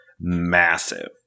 massive